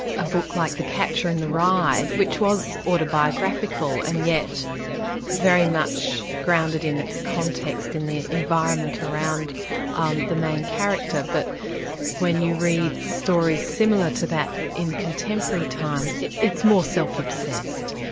a book like the catcher in the rye which was autobiographical and yet very much grounded in its context, in the environment around um the main character. but when you read stories similar to that in contemporary times it's more self-obsessed.